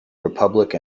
republic